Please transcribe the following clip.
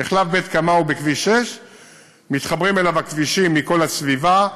מחלף בית-קמה הוא בכביש 6. מתחברים אליו הכבישים מכל הסביבה,